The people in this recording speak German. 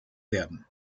werden